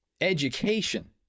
education